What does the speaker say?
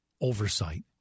oversight